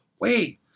wait